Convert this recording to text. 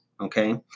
okay